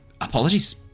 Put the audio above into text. Apologies